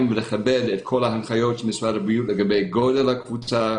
ולכבד את כל ההנחיות של משרד הבריאות לגבי גודל הקבוצה,